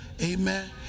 Amen